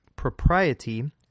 Propriety